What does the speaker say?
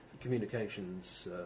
communications